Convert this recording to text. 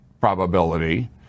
probability